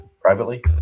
privately